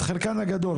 את חלקן הגדול.